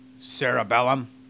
cerebellum